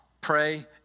pray